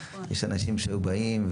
יש אנשים שהיו באים,